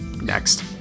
next